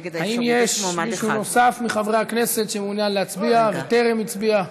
מצביע האם יש מישהו נוסף מחברי הכנסת שמעוניין להצביע וטרם הצביע?